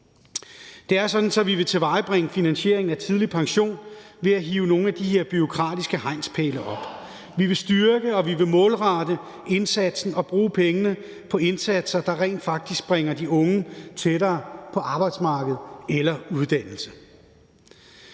Det er sådan, at vi vil tilvejebringe finansieringen af tidlig pension ved at hive nogle af de her bureaukratiske hegnspæle op. Vi vil styrke og målrette indsatsen og bruge pengene på indsatser, der rent faktisk bringer de unge tættere på arbejdsmarkedet eller uddannelse.